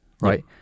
right